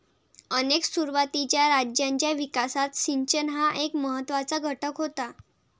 अनेक सुरुवातीच्या राज्यांच्या विकासात सिंचन हा एक महत्त्वाचा घटक होता